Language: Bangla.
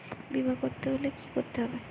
বিমা করতে হলে কি করতে হবে?